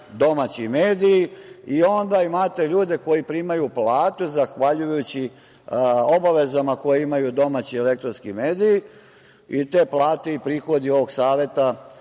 domaći mediji i onda imate ljudi koji primaju plate zahvaljujući obavezama koje imaju domaći elektronski mediji i te plate i prihodi ovog Saveta